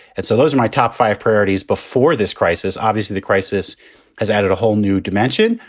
and so those are my top five priorities before this crisis. obviously, the crisis has added a whole new dimension,